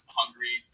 hungry